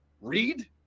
read